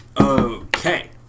Okay